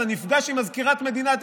אתה נפגש עם מזכירת מדינה?